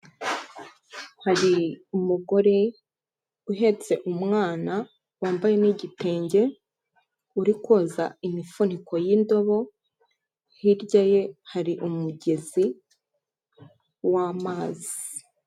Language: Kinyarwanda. Hari umugore uhetse umwana, wambaye n'igitenge, uri koza imifuniko y'indobo, hirya ye hari umugezi w'amazi.